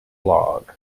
blog